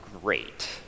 great